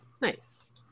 nice